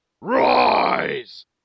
Rise